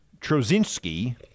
Trozinski